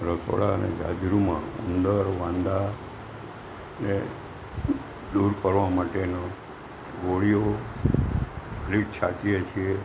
રસોડા અને ગાજરુંમાં ઉંદર વાંદાને દૂર કરવા માટેનો ગોળીઓ એટલી છાંટીએ છીએ